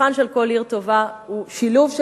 המבחן של כל עיר טובה הוא שילוב של